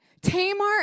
Tamar